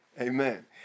Amen